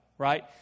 Right